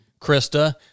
Krista